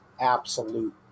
absolute